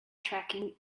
tracking